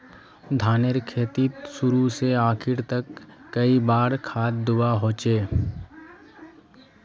धानेर खेतीत शुरू से आखरी तक कई बार खाद दुबा होचए?